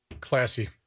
Classy